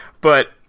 but-